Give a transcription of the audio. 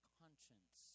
conscience